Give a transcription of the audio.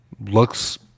looks